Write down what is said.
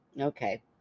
Okay